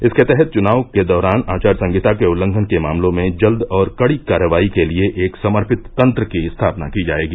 इसके तहत चुनाव के दौरान आचार संहिता के उल्लंघन के मामलों में जल्द और कड़ी कार्रवाई के लिए एक समर्पित तंत्र की स्थापना की जाएगी